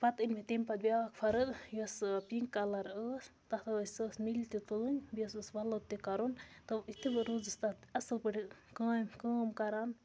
پَتہٕ أنۍ مےٚ تَمہِ پَتہٕ بیٛاکھ فرٕد یۄسہٕ پِنٛک کَلَر ٲس تَتھ ٲسۍ سۄ ٲس مِلہِ تُلٕنۍ بیٚیہِ ٲسٕس وۄلُد تہِ کَرُن تہٕ یُتھُے بہٕ روٗزٕس تَتھ اَصٕل پٲٹھۍ کامہِ کٲم کَران